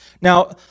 Now